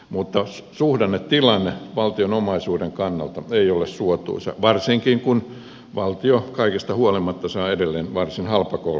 mutta suhdannetilanne valtion omaisuuden kannalta ei ole suotuisa varsinkin kun valtio kaikesta huolimatta saa edelleen varsin halpakorkoista lainaa